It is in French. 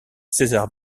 césar